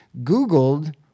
Googled